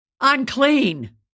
Unclean